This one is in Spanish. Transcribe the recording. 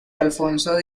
alfonso